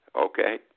okay